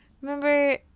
remember